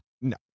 No